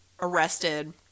arrested